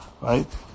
Right